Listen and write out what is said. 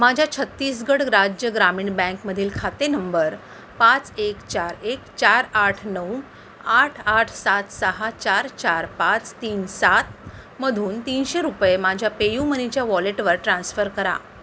माझ्या छत्तीसगढ राज्य ग्रामीण बँकमधील खाते नंबर पाच एक चार एक चार आठ नऊ आठ आठ सात सहा चार चार पाच तीन सात मधून तीनशे रुपये माझ्या पे यू मनीच्या वॉलेटवर ट्रान्स्फर करा